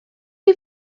chi